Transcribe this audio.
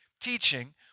teaching